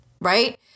right